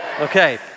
Okay